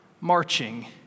marching